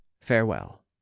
Farewell